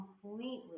completely